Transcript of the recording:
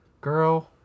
Girl